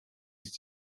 ist